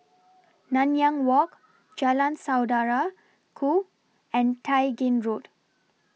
Nanyang Walk Jalan Saudara Ku and Tai Gin Road